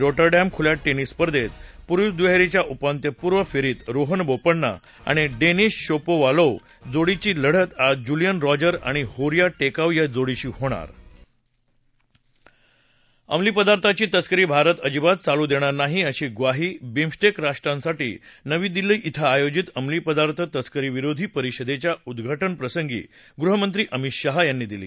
Rotterdam खुल्या tennis स्पर्धेत पुरुष दुहेरीच्या उपांत्यपूर्व फेरीत रोहन बोपण्णा आणि डेनिस शापोव्हालोव्ह जोडीची लढत आज जुलियन रॉजर आणि होरिया टेकाऊ या जोडीशी होणार अंमली पदार्थाची तस्करी भारत अजिबात चालू देणार नाही अशी ग्वाही बिमस्टेक राष्ट्रांसाठी नवी दिल्ली इथं आयोजित अमली पदार्थ तस्करी विरोधी परिषदेच्या उद्घाटन प्रसंगी गृहमंत्री अमित शहा यांनी दिली